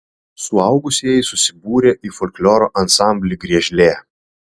suaugusieji susibūrę į folkloro ansamblį griežlė